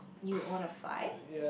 you wanna fly